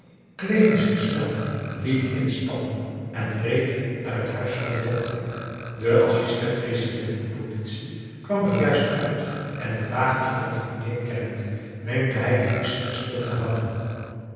kleedde zich snel liet inspannen en reed naar het huis van den dokter de assistent-resident van politie kwam er juist uit en het wagentje van fournier kennend wenkte hij den koetsier stil te houden